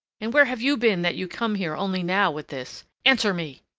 and where have you been that you come here only now with this? answer me!